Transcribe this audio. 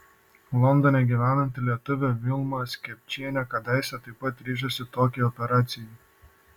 londone gyvenanti lietuvė vilma skapčienė kadaise taip pat ryžosi tokiai operacijai